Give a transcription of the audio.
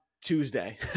Tuesday